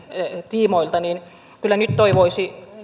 tiimoilta niin kyllä nyt toivoisi